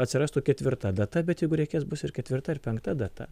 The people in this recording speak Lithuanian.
atsirastų ketvirta data bet jeigu reikės bus ir ketvirta ir penkta data